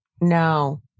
no